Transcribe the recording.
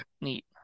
neat